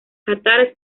qatar